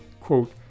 quote